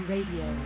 Radio